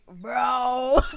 bro